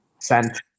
sent